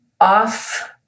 off